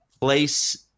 place